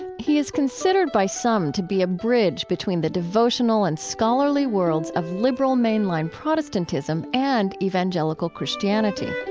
he is considered by some to be a bridge between the devotional and scholarly worlds of liberal mainline protestantism and evangelical christianity